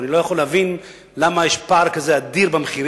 ואני לא יכול להבין למה יש פער כזה אדיר במחיר